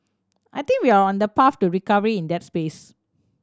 I think we're on a path to recovery in that space